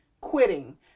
quitting